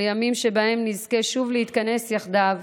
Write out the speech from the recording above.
לימים שבהם נזכה שוב להתכנס יחדיו